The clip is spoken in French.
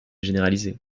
généraliser